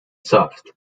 soft